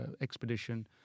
expedition